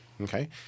Okay